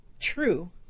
true